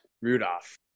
Rudolph